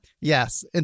Yes